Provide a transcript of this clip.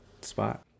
spot